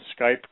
Skype